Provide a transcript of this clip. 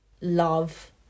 love